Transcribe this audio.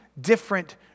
different